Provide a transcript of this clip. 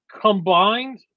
combined